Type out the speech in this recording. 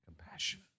compassion